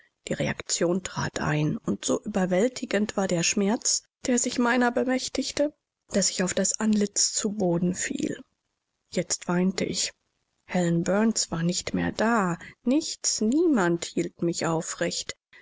die reaktion trat ein und so überwältigend war der schmerz der sich meiner bemächtigte daß ich auf das antlitz zu boden fiel jetzt weinte ich helen burns war nicht mehr da nichts niemand hielt mich aufrecht